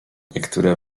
niektóre